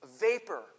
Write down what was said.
vapor